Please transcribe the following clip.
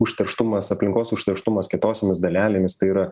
užterštumas aplinkos užterštumas kitosiomis dalelėmis tai yra